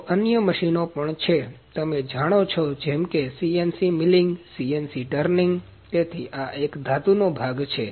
તો અન્ય મશીનો પણ છે તમે જાણો છો જેમ કે CNC મિલિંગ CNC ટર્નિંગ તેથી આ એક ધાતુનો ભાગ છે